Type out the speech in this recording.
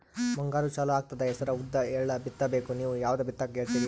ಮುಂಗಾರು ಚಾಲು ಆಗ್ತದ ಹೆಸರ, ಉದ್ದ, ಎಳ್ಳ ಬಿತ್ತ ಬೇಕು ನೀವು ಯಾವದ ಬಿತ್ತಕ್ ಹೇಳತ್ತೀರಿ?